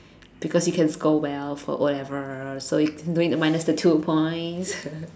because you can score well for O-level so you don't need to minus the two points